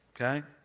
okay